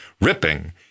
ripping